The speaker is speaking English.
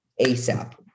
ASAP